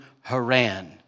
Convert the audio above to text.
Haran